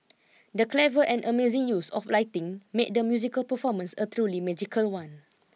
the clever and amazing use of lighting made the musical performance a truly magical one